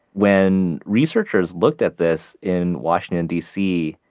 when researchers looked at this in washington dc,